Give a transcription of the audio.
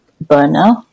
burner